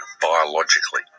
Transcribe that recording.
biologically